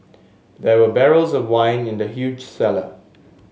there were barrels of wine in the huge cellar